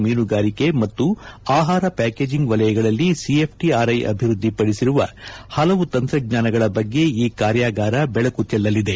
ಮೀನುಗಾರಿಕೆ ಮತ್ತು ಆಹಾರ ಪ್ಯಾಕೆಜಿಂಗ್ ವಲಯಗಳಲ್ಲಿ ಸಿಎಫ್ಟಆರ್ಐ ಅಭಿವೃದ್ಲಿ ಪಡಿಸಿರುವ ಪಲವು ತಂತ್ರಜ್ವಾನಗಳ ಬಗ್ಗೆ ಈ ಕಾರ್ಯಾಗಾರ ಬೆಳಕು ಚೆಲ್ಲಲಿದೆ